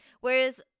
whereas